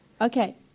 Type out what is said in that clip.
Okay